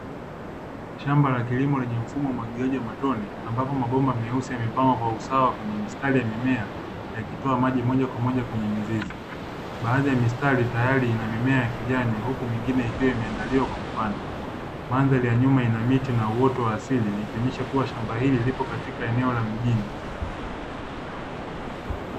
Shamba la kilimo lenye mfumo wa umwagiliaji wa matone, ambapo mabomba meusi yamepangwa kwa usawa kwenye mistari ya mimea, yakitoa maji moja kwa moja kwenye mizizi. Baadhi ya mistari tayari ina mimea ya kijani huku mingine ikiwa imeandaliwa kwa kupanda. Mandhari ya nyuma ina miti na uoto wa asili, ikionyesha kuwa shamba hili liko katika eneo la mjini.